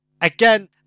Again